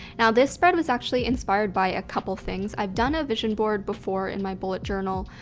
now this spread was actually inspired by a couple things. i've done a vision board before in my bullet journal